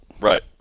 Right